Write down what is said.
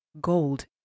gold